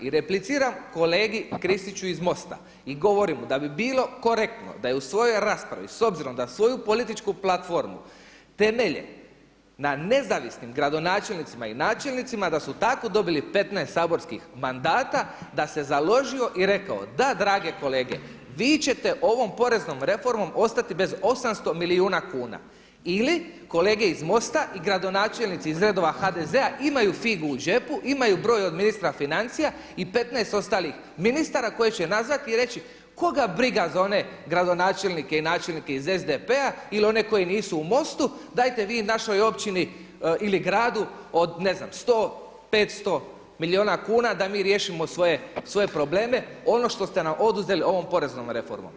I repliciram kolegi Kristiću iz MOST-a i govorim mu da bi bilo korektno da je u svojoj raspravi s obzirom da svoju politiku platformu temelje na nezavisnim gradonačelnicima i načelnicima da su tako dobili 15 saborskih mandata da se založio i rekao da drage kolege, vi ćete ovom poreznom reformom ostati bez 800 milijuna kuna ili kolege iz MOST-a i gradonačelnici iz redova HDZ-a imaju figu u džepu, imaju broj od ministra financija i 15 ostalih ministara koji će nazvati i reći koga briga za one gradonačelnike i načelnike iz SDP-a ili one koji nisu u MOST-u dajete vi našoj općini ili gradu od ne znam 100, 500 milijuna kuna da mi riješimo svoje probleme ono što ste nam oduzeli ovom poreznom reformom.